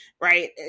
right